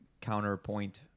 counterpoint